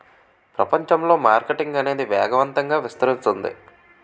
ప్రపంచంలో మార్కెటింగ్ అనేది వేగవంతంగా విస్తరిస్తుంది